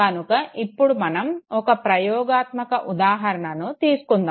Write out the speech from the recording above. కనుక ఇప్పుడు మనం ఒక ప్రయోగాత్మక ఉదహారణను తీసుకుందాము